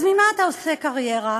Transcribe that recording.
אז ממה אתה עושה קריירה?